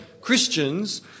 Christians